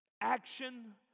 action